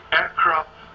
aircraft